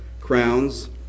crowns